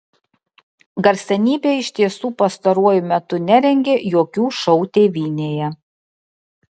garsenybė iš tiesų pastaruoju metu nerengė jokių šou tėvynėje